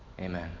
Amen